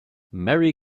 merry